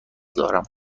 دارم